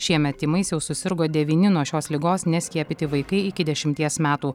šiemet tymais jau susirgo devyni nuo šios ligos neskiepyti vaikai iki dešimties metų